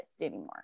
anymore